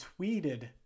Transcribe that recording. tweeted